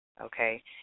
okay